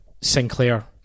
Sinclair